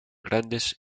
grandes